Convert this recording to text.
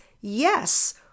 yes